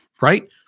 right